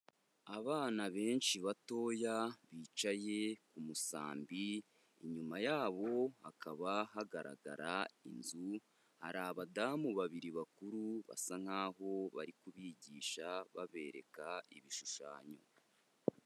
Abana benshi batoya bicaye ku musambi, inyuma yabo hakaba hagaragara inzu, hari abadamu babiri bakuru basa nkaho bari kubigisha babereka ibishushanyo.